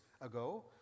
ago